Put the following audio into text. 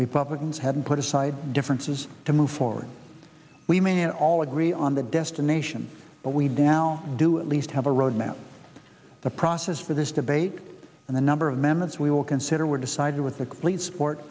republicans had put aside differences to move forward we made all agree on the destination but we do now do at least have a road map the process for this debate and the number of members we will consider were decided with the complete support